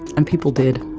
and people did,